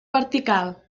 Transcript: vertical